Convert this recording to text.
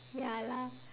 ya lah